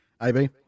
AB